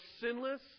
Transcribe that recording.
sinless